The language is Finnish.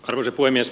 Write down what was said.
arvoisa puhemies